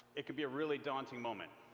it could be a really daunting moment.